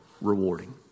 rewarding